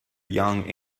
young